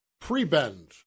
Pre-bend